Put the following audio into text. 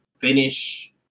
finish